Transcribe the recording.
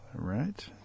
Right